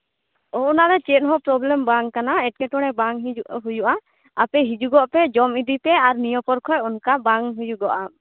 ᱚᱻ ᱚᱱᱟᱫᱚ ᱪᱮᱫ ᱦᱚᱸ ᱯᱨᱚᱵᱽᱞᱮᱢ ᱵᱟᱝ ᱠᱟᱱᱟ ᱮᱸᱴᱠᱮᱴᱚᱬᱮ ᱵᱟᱝ ᱦᱤᱡᱩᱜᱼᱟ ᱦᱩᱭᱩᱜᱼᱟ ᱟᱯᱮ ᱦᱤᱡᱩᱜᱚᱜ ᱯᱮ ᱡᱚᱢ ᱤᱫᱤ ᱯᱮ ᱟᱨ ᱱᱤᱭᱟᱹ ᱯᱚᱨ ᱠᱷᱚᱡ ᱱᱚᱝᱠᱟ ᱵᱟᱝ ᱦᱩᱭᱩᱜᱚᱜᱼᱟ